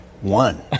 One